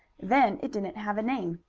then it didn't have a name.